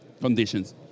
conditions